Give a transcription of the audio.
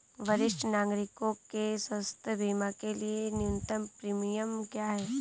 वरिष्ठ नागरिकों के स्वास्थ्य बीमा के लिए न्यूनतम प्रीमियम क्या है?